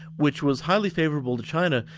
which was highly favourable to china,